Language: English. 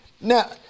Now